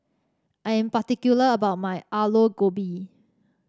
I am particular about my Aloo Gobi